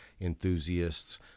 enthusiasts